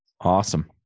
Awesome